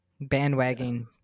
Bandwagon